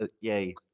Yay